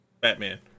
Batman